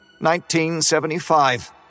1975